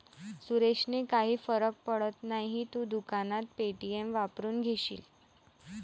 सुरेशने काही फरक पडत नाही, तू दुकानात पे.टी.एम वापरून घेशील